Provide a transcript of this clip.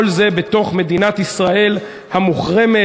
כל זה בתוך מדינת ישראל המוחרמת,